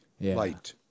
light